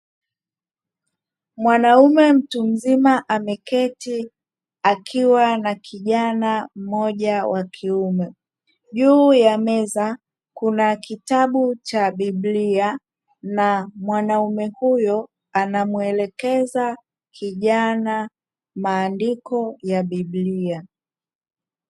Mwanaume mtu mzima ameketi akiwa na kijana mmoja wakiume juu ya meza kuna kitabu cha biblia, na mwanaume huyo anamwelekeza kijana maandiko ya biblia.